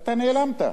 אתה נעלמת.